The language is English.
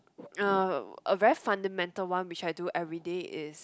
uh a very fundamental one which I do everyday is